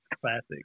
Classic